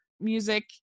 music